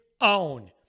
own